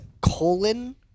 colon